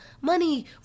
money